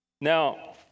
Now